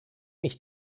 ich